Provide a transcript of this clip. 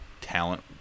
talent